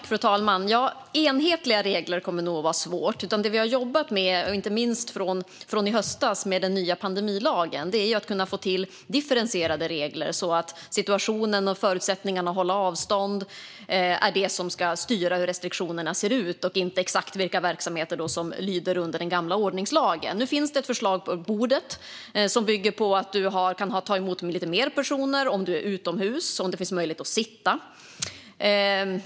Fru talman! Enhetliga regler kommer nog att vara svårt. Det vi har jobbat med, inte minst från i höstas med den nya pandemilagen, är att kunna få till differentierade regler, så att situationen och förutsättningarna att hålla avstånd är det som ska styra hur restriktionerna ser ut och inte exakt vilka verksamheter som lyder under den gamla ordningslagen. Nu finns det på bordet ett förslag som bygger på att man kan ta emot lite fler personer om man är utomhus och det finns möjlighet att sitta.